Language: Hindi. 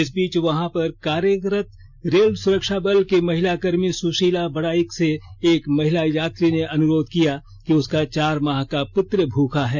इस बीच वहां पर कार्यरत रेल सुरक्षा बल की महिला कर्मी सुषमा बड़ाइक से एक महिला यात्री ने अनुरोध किया कि उसका चार माह को पुत्र भूखा है